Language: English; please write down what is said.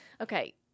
okay